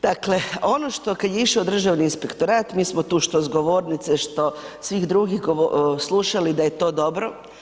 Dakle, ono što kad je išo Državni inspektorat mi smo tu što s govornice, što svih drugih slušali da je to dobro.